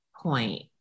point